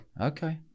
Okay